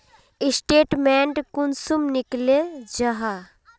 Statement कुंसम निकले जाहा?